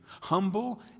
humble